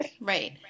Right